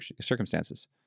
circumstances